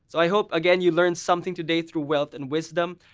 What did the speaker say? i hope again you learn something today through wealth and wisdom.